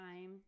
time